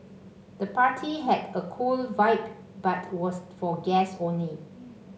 the party had a cool vibe but was for guests only